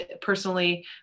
personally